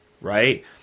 right